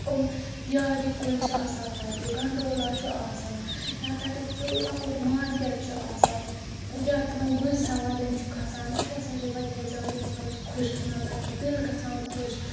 یِم یارِ کُلۍ چھِ آسان تَتہِ گَنٛڈولا چھُ آسان یا تَتیُک سُہ لۅکُٹ مارکیٹ چھُ آسان یا تِمَن گُرۍ سَوارٮ۪ن چھُ کھَسان تَتہِ ہَسا چھِ واریاہ زیادٕ اِنسانَس خۄش گژھان تَتہِ چھُ دِل گژھان خۄش